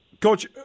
Coach